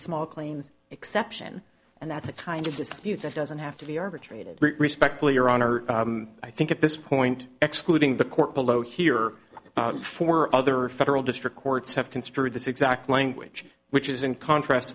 small claims exception and that's a kind of dispute that doesn't have to be arbitrated respectfully your honor i think at this point excluding the court below here four other federal district courts have construed this exact language which is in contrast